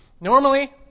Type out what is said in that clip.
Normally